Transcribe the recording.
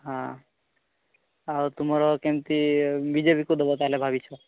ହଁ ଆଉ ତୁମର କେମିତି ବିଜେପିକୁ ଦେବ ତା'ହାଲେ ଭାବିଛ